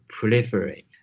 proliferate